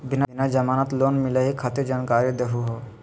बिना जमानत लोन मिलई खातिर जानकारी दहु हो?